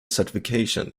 certification